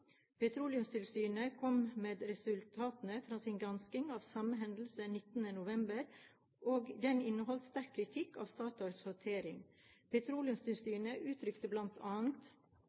Petroleumstilsynet kom med resultatene fra sin gransking av samme hendelse 19. november, og den inneholdt sterk kritikk av Statoils håndtering. Petroleumstilsynet uttrykte